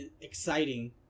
exciting